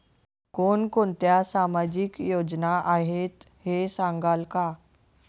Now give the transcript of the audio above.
कोणकोणत्या सामाजिक योजना आहेत हे सांगाल का?